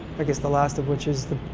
i guess, the last of which is the,